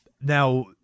Now